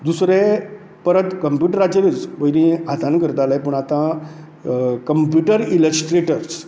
दुसरें परत कंप्यूटराचेरूच पयलीं हातान करताले पूण आतां कंप्यूटर इलस्ट्रेटर्स